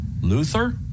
Luther